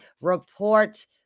Report